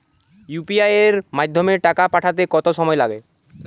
UPI এর মাধ্যমে টাকা পাঠাতে কত সময় লাগে?